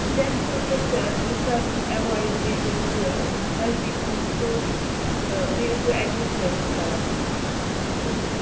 junk food گَژھِ یہِ کَرُن ایٚووایِڈ بیٚیہِ گَژھِ ہیٚلدی کھیٚون سورُے تہٕ بیٚیہِ ٲسۍ زیٚو ایٚگزَرسایِز کَران تہٕ